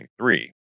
2023